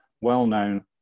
well-known